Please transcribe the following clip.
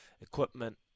equipment